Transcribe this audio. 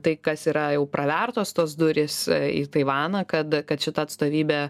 tai kas yra jau pravertos tos durys į taivaną kad kad šita atstovybė